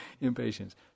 impatience